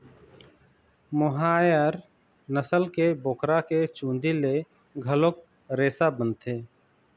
मोहायर नसल के बोकरा के चूंदी ले घलोक रेसा बनथे